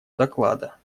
доклада